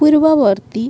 ପୂର୍ବବର୍ତ୍ତୀ